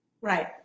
Right